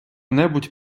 небудь